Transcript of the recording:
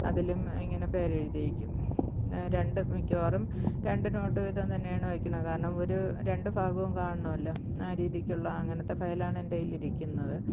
അതിലും ഇങ്ങനെ പേര് എഴുതിയേക്കും രണ്ട് മിക്കവാറും രണ്ട് നോട്ട് വീതം തന്നെയാണ് വയ്ക്കണെ കാരണം ഒരു രണ്ടു ഭാഗവും കാണണമല്ലോ ആ രീതിക്കുള്ള അങ്ങനത്തെ ഫയലാണ് എൻ്റെ കൈയിലിരിക്കുന്നത്